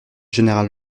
général